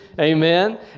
Amen